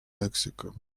mexico